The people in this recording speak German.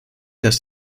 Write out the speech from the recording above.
dass